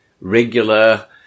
regular